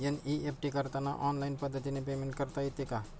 NEFT करताना online पद्धतीने payment करता येते का?